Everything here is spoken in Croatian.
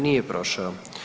Nije prošao.